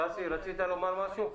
ששי, בבקשה.